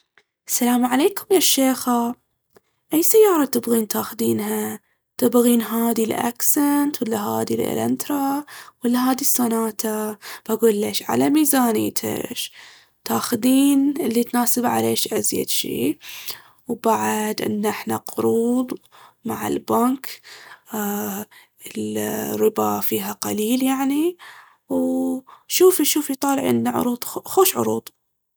السلام عليكم يا الشيخة، أي سيارة تبغين تاخذينها؟ تبغين هاذي الـ"أكسنت" ولا هاذي الـ"إلانترا" ولا هاذي الـ"سوناتا"؟ باقول ليش على ميزانيتش تاخذين اللي يناسب عليش أزيد شي. وبعد عندنا احنا قروض مع البنك أمم الربا فيها قليل يعني، وشوفي شوفي طالعي عندنا عروض خوش عروض!